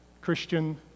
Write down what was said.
Christian